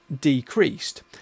decreased